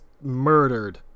Murdered